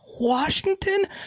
Washington